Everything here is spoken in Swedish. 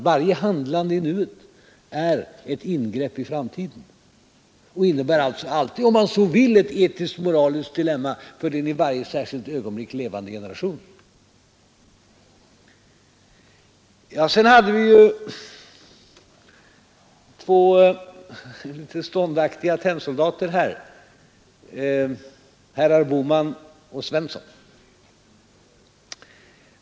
Varje handlande i nuet är ett ingrepp i framtiden och innebär alltså alltid om man så vill ett etiskt-moraliskt dilemma för den just då levande generationen. Sedan hade vi två ståndaktiga tennsoldater, herrar Bohman och Svensson i Malmö.